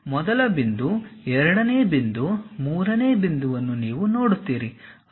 ಮೊದಲ ಬಿಂದು ಎರಡನೆಯ ಬಿಂದು ಮೂರನೆಯ ಬಿಂದುವನ್ನು ನೀವು ನೋಡುತ್ತೀರಿ